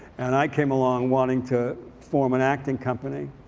and i came along wanting to form an acting company.